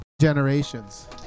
Generations